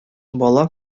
бала